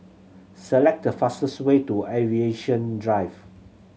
select the fastest way to Aviation Drive